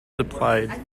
supplied